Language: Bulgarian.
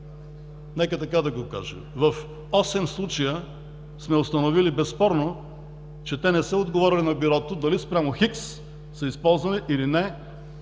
Нека така да го кажа. В осем случая сме установили безспорно, че те не са отговорили на Бюрото дали спрямо Х са използвани, или не